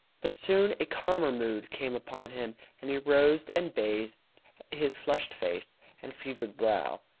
but soon a calmer mood came upon him, and he rose and bathed his flushed face and fevered brow.